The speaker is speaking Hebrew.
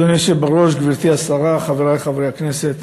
אדוני היושב בראש, גברתי השרה, חברי חברי הכנסת,